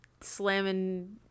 slamming